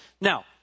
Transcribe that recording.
Now